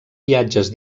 viatges